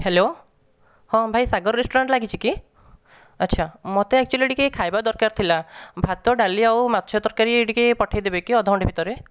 hello ହଁ ଭାଇ Sagar restaurant ଲାଗିଛି କି ଆଚ୍ଛା ମୋତେ ଏକଚୌଲି ଟିକେ ଖାଇବା ଦରକାର ଥିଲା ଭାତ ଡାଲି ଆଉ ମାଛ ତରକାରୀ ଟିକେ ପଠେଇଦେବେ କି ଅଧ ଘଣ୍ଟା ଭିତରେ